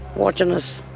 watching us.